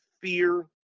fear